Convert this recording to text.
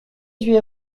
huit